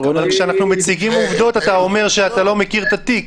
כשאנחנו מציגים עובדות אתה אומר שאתה לא מכיר את התיק,